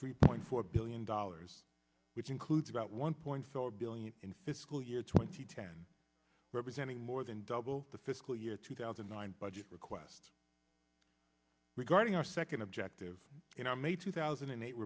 three point four billion dollars which includes about one point four billion in fiscal year twenty ten representing more than double the fiscal year two thousand and nine budget request regarding our second objective in our may two thousand and eight